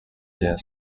their